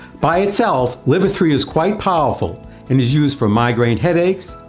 by itself liver three is quite powerful and is used for migraine headaches,